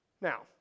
Now